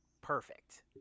perfect